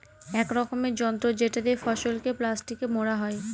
এক রকমের যন্ত্র যেটা দিয়ে ফসলকে প্লাস্টিকে মোড়া হয়